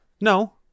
No